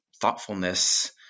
thoughtfulness